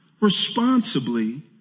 responsibly